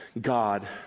God